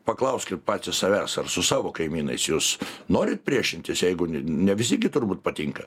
paklauskit patys savęs ar su savo kaimynais jūs norit priešintis jeigu ne visi turbūt patinka